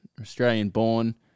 Australian-born